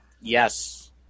Yes